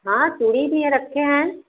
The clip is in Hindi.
हाँ चूड़ी भी रखे हैं